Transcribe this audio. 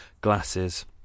glasses